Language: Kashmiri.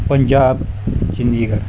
پَنجاب چٔندی گڑھ